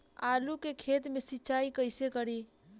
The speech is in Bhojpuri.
आलू के खेत मे सिचाई कइसे करीं?